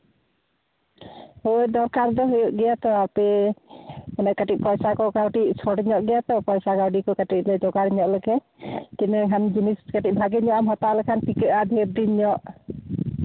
ᱦᱳᱭ ᱫᱚᱨᱠᱟᱨ ᱫᱚ ᱦᱩᱭᱩᱜ ᱜᱮᱭᱟ ᱛᱚ ᱦᱟᱯᱮ ᱚᱱᱮ ᱠᱟᱹᱴᱤᱡ ᱯᱚᱭᱥᱟ ᱠᱚ ᱠᱟᱹᱴᱤᱡ ᱥᱚᱨᱴ ᱧᱚᱜ ᱜᱮᱭᱟ ᱛᱚ ᱯᱚᱭᱥᱟ ᱠᱚ ᱟᱹᱰᱤ ᱠᱚ ᱠᱟᱹᱴᱤᱡ ᱞᱮ ᱡᱳᱜᱟᱲ ᱧᱚᱜ ᱞᱮᱜᱮ ᱛᱤᱱᱟᱹᱜ ᱜᱟᱱ ᱡᱤᱱᱤᱥ ᱠᱟᱹᱴᱤᱡ ᱵᱷᱟᱹᱜᱤ ᱧᱚᱜ ᱮᱢ ᱦᱟᱛᱟᱣ ᱞᱮᱠᱷᱟᱱ ᱴᱤᱠᱟᱹᱜᱼᱟ ᱰᱷᱮᱨ ᱫᱤᱱ ᱧᱚᱜ